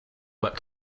what